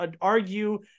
argue